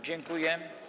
Dziękuję.